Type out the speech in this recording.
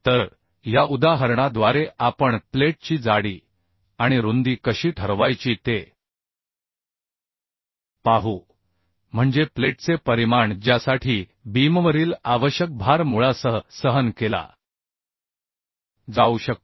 तर या उदाहरणाद्वारे आपण प्लेटची जाडी आणि रुंदी कशी ठरवायची ते पाहू म्हणजे प्लेटचे परिमाण ज्यासाठी बीमवरील आवश्यक भार मूळासह सहन केला जाऊ शकतो